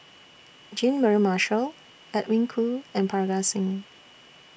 Jean Mary Marshall Edwin Koo and Parga Singh